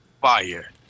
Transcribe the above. fire